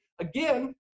again